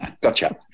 Gotcha